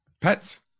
pets